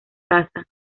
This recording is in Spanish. casa